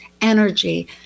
energy